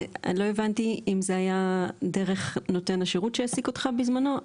אני לא הבנתי אם זה היה דרך נותן השירות שהעסיק אותך בזמנו?